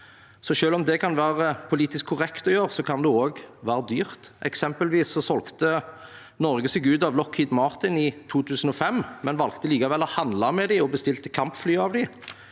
Selv om det kan være politisk korrekt å gjøre, kan det også være dyrt. Eksempelvis solgte Norge seg ut av Lockheed Martin i 2005, men valgte likevel å handle med dem og bestille kampfly av dem.